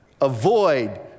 avoid